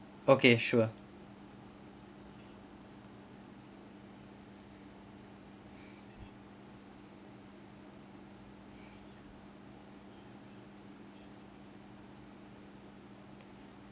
okay sure